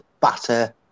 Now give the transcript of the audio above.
batter